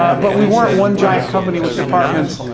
but we weren't one giant company with departments.